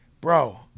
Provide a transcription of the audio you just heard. Bro